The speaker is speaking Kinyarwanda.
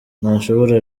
ntashobora